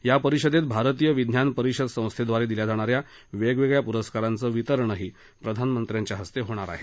या परिषदेत भारतीय विज्ञान परिषद संस्थेद्वारे दिल्या जाणाऱ्या वेगवेगळ्या पुरस्कारांचं वितरणही प्रधानमंत्र्यांच्या हस्ते होईल